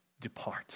depart